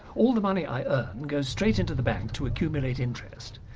all the money i earn goes straight into the bank to accumulate interest.